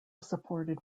supported